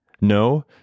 No